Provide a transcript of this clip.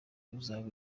uzaba